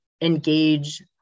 engage